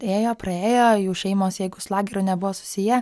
ėjo praėjo jų šeimos jeigu su lageriu nebuvo susiję